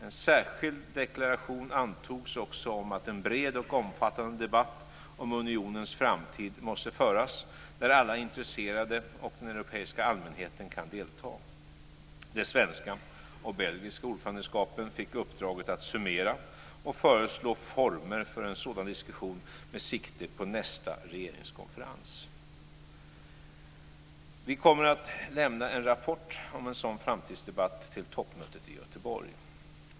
En särskild deklaration antogs också om att en bred och omfattade debatt om unionens framtid måste föras där alla intresserade och den europeiska allmänheten kan delta. De svenska och belgiska ordförandegrupperna fick uppdraget att summera och föreslå former för en sådan diskussion med sikte på nästa regeringskonferens. Vi kommer att lämna en rapport om en sådan framtidsdebatt till toppmötet i Göteborg.